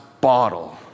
bottle